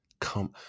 Come